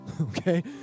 okay